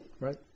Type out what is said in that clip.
Right